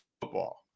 football